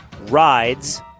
rides